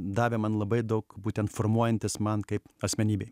davė man labai daug būtent formuojantis man kaip asmenybei